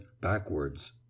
backwards